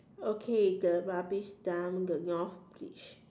okay the rubbish dump the North bridge